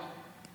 לא.